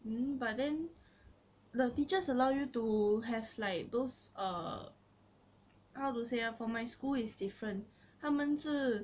mm but then the teachers allow you to have like those err how to say ah for my school is different 他们是